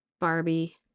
Barbie